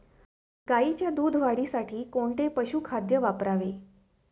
गाईच्या दूध वाढीसाठी कोणते पशुखाद्य वापरावे?